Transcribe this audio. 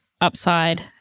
Upside